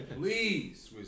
Please